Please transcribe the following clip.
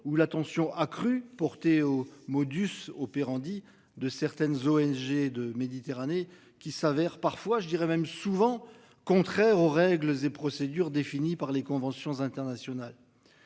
ou l'attention accrue portée au modus operandi de certaines ONG de Méditerranée qui s'avère parfois je dirais même, souvent contraires aux règles et procédures définies par les conventions internationales.